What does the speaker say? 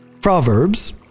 Proverbs